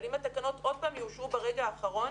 אבל אם התקנות עוד פעם יאושרו ברגע האחרון,